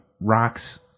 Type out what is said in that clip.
rocks